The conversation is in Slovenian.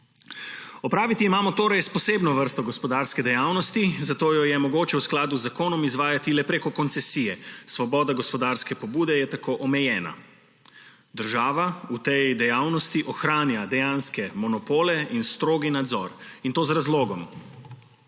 Opraviti imamo torej s posebno vrsto gospodarske dejavnosti, zato jo je mogoče v skladu z zakonom izvajati le prek koncesije. Svoboda gospodarske pobude je tako omejena. Država v tej dejavnosti ohranja dejanske monopole in strog nadzor. In to z razlogom.